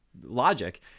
logic